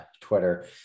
Twitter